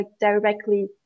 directly